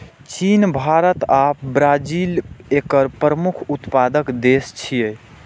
चीन, भारत आ ब्राजील एकर प्रमुख उत्पादक देश छियै